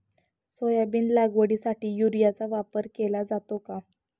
Soybean लागवडीसाठी युरियाचा वापर केला जातो का?